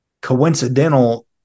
coincidental